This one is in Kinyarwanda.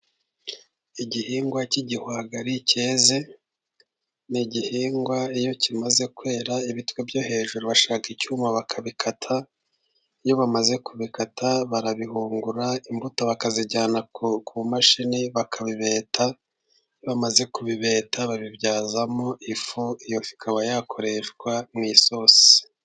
Igihingwa cy'igihwagari cyeze ni igihingwa iyo kimaze kwera ibitwe byo hejuru, bashaka icyuma bakabikata, iyo bamaze kubikata barabihungura, imbuto bakazijyana ku mashini bakabibeta, bamaze kubibeta babibyazamo ifu ikaba yakoreshwa mu isosi.